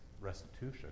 restitution